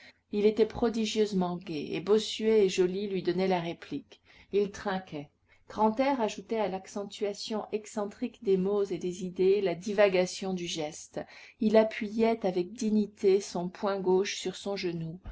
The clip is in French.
il étai prodigieusement gai et bossuet et joly lui donnaient la réplique ils trinquaient grantaire ajoutait à l'accentuation excentrique des mots et des idées la divagation du geste il appuyait avec dignité son poing gauche sur son genou